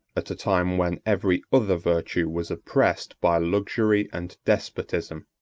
at a time when every other virtue was oppressed by luxury and despotism.